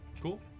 cool